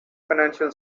financial